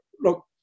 look